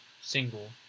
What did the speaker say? single